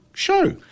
show